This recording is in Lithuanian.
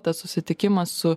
tas susitikimas su